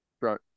Right